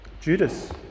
Judas